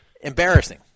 embarrassing